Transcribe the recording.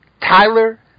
Tyler